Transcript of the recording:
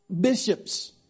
bishops